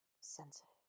sensitive